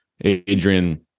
adrian